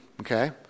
okay